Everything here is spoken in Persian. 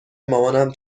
مامانم